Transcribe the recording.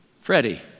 Freddie